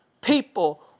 people